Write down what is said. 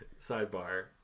sidebar